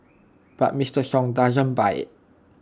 but Mister sung doesn't buy IT